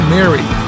Mary